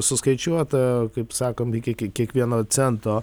suskaičiuota kaip sakan iki iki kiekvieno cento